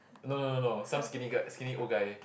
no no no no some skinny guy skinny old guy